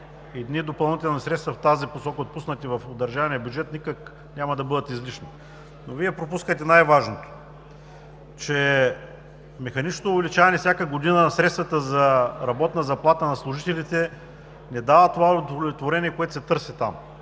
Едни допълнителни средства обаче в тази посока, отпуснати в държавния бюджет, никак няма да бъдат излишни. Вие обаче пропускате най-важното, че механичното увеличаване всяка година на средствата за работна заплата на служителите не дава това удовлетворение, което се търси там,